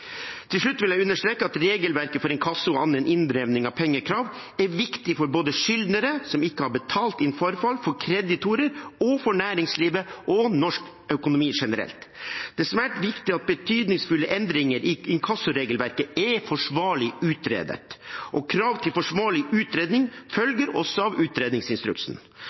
Til slutt vil jeg understreke at regelverket for inkasso og annen inndriving av pengekrav er viktig for både skyldnere som ikke har betalt innen forfall, for kreditorer og for næringslivet og norsk økonomi generelt. Det er svært viktig at betydningsfulle endringer i inkassoregelverket er forsvarlig utredet, og krav til forsvarlig utredning følger også av utredningsinstruksen.